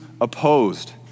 opposed